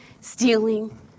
stealing